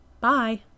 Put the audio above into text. Bye